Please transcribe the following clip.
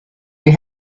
you